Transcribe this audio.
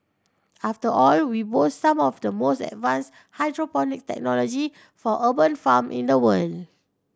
after all we boast some of the most advanced hydroponic technology for urban farm in the world